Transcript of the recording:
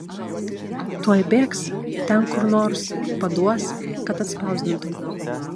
tuoj bėgs ten kur nors paduos kad atspausdintų